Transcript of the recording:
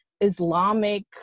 Islamic